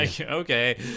okay